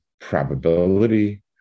probability